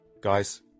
Guys